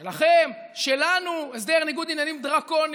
שלכם, שלנו, הסדר ניגוד עניינים דרקוני,